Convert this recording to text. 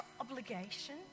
obligation